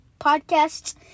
podcasts